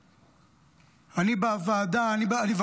ראש הממשלה נותן דיווחים,